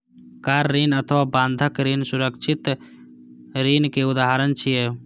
car ऋण अथवा बंधक ऋण सुरक्षित ऋणक उदाहरण छियै